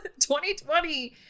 2020